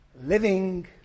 living